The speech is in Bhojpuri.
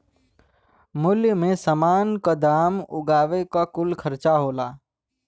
मूल्य मे समान क दाम उगावे क कुल खर्चा होला